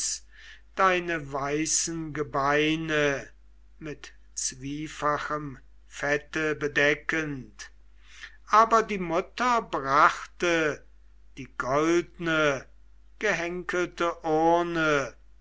deine weißen gebeine mit zwiefachem fette bedeckend aber die mutter brachte die goldne gehenkelte urne